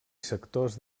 sectors